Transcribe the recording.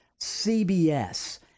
CBS